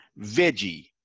veggie